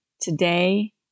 today